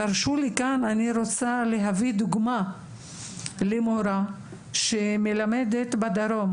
תרשו לי כאן להביא דוגמה של מורה שמלמדת בדרום,